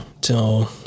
till